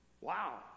Wow